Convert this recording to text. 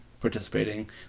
participating